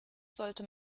sollte